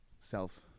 self